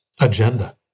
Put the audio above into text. agenda